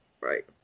Right